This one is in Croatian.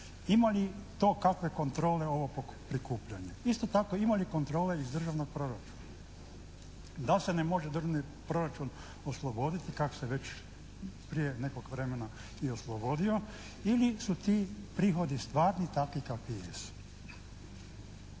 ima li kakve kontrole ovo prikupljanje. Isto tako, ima li kontrole iz državnog proračuna, da li se ne može državni proračun osloboditi kako se već prije nekog vremena i oslobodio ili su ti prihodi stvarni takvi kakvi jesu.